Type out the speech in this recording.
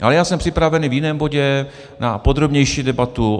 Ale já jsem připraven v jiném bodě na podrobnější debatu.